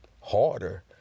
harder